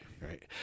Right